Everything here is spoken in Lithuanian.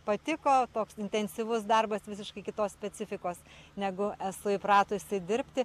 patiko toks intensyvus darbas visiškai kitos specifikos negu esu įpratusi dirbti